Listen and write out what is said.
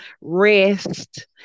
rest